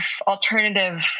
alternative